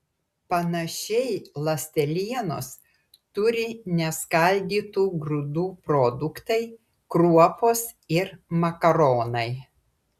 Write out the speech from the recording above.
panašiai ląstelienos turi neskaldytų grūdų produktai kruopos ir makaronai